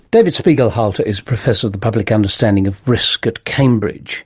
david spiegelhalter is professor of the public understanding of risk at cambridge